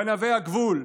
גנבי הגבול,